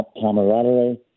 camaraderie